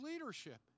leadership